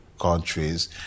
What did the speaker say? countries